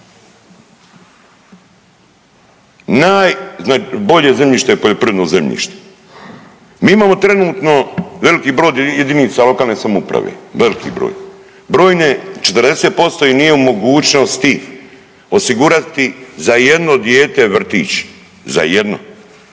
Najbolje zemljište je poljoprivredno zemljište. Mi imamo trenutno veliki broj jedinica lokalne samouprave, veliki broj. Brojne, 40% ih nije u mogućnosti osigurati za jedno dijete vrtić, za jedno.